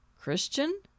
Christian